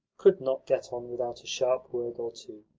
could not get on without a sharp word or two.